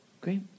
Great